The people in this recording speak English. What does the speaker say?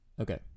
okay